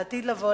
לעתיד לבוא,